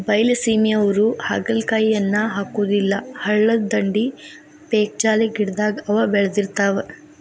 ಬೈಲಸೇಮಿಯವ್ರು ಹಾಗಲಕಾಯಿಯನ್ನಾ ಹಾಕುದಿಲ್ಲಾ ಹಳ್ಳದ ದಂಡಿ, ಪೇಕ್ಜಾಲಿ ಗಿಡದಾಗ ಅವ ಬೇಳದಿರ್ತಾವ